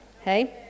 hey